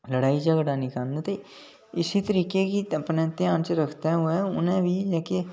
लड़ाई झगड़ा नेईं करन ते इस्सै तरिके गी अपने घ्यान च उ'नें बी अपने